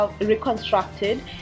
reconstructed